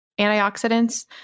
antioxidants